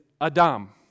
Adam